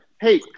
hey